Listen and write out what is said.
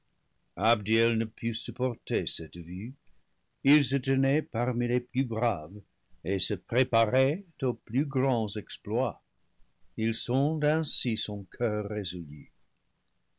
supporter cette vue il se tenait parmi les plus braves et se préparait aux plus grands exploits il sonde ainsi son coeur résolu